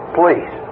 please